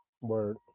Word